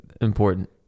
important